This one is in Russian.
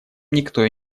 никто